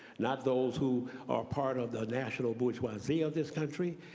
not those who are part of the national bourgeoisie of this country.